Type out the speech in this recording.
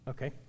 Okay